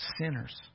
sinners